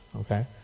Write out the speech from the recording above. okay